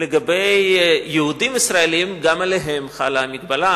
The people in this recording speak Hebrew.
לגבי יהודים ישראלים, גם עליהם חלה המגבלה.